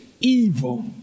evil